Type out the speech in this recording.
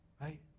Right